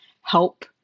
help